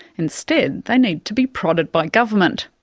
instead they need to be prodded by government.